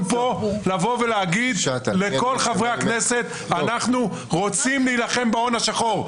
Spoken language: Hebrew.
אנחנו פה על מנת להגיד לכל חברי הכנסת: אנחנו רוצים להילחם בהון השחור.